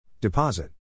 Deposit